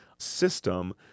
system